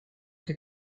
que